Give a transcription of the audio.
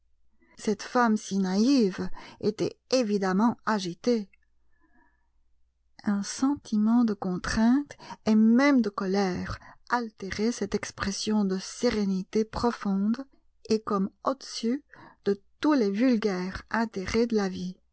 cette femme si naïve était évidemment agitée un sentiment de contrainte et même de colère altérait cette expression de sérénité profonde et comme au-dessus de tous les vulgaires intérêts de la vie